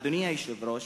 אדוני היושב-ראש,